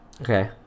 Okay